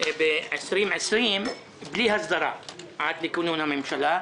ב-2020 בלי הסדרה עד כינון הממשלה,